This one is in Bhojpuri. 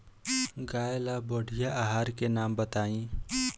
गाय ला बढ़िया आहार के नाम बताई?